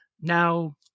Now